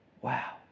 Wow